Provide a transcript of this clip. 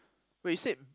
when you said